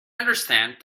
understand